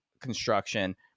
construction